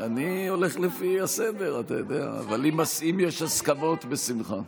אני הולך לפי הסדר, אבל אם יש הסכמות, בשמחה.